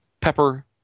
pepper